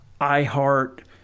iHeart